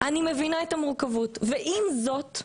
ועם זאת,